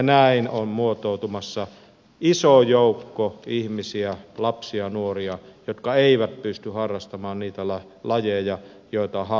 näin on muotoutumassa iso joukko ihmisiä lapsia nuoria jotka eivät pysty harrastamaan niitä lajeja joita haluaisivat